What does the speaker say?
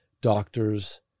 doctors